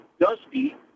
Dusty